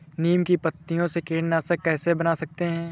नीम की पत्तियों से कीटनाशक कैसे बना सकते हैं?